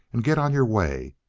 and get on your way.